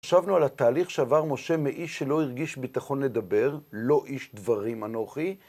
חשבנו על התהליך שעבר משה מאיש שלא הרגיש ביטחון לדבר, לא איש דברים אנוכי.